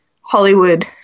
Hollywood